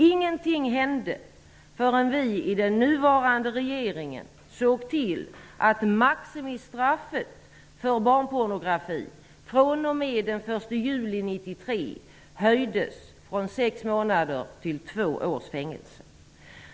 Ingenting hände förrän vi i den nuvarande regeringen såg till att maximistraffet för barnpornografi fr.o.m. den 1 juli 1993 höjdes från sex månaders till två års fängelse.